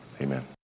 amen